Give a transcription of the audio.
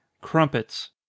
Crumpets